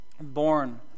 born